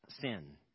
sin